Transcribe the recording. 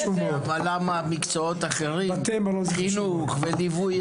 אבל למה מקצועות אחרים כאילו בליווי ילדים?